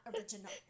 original